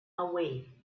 away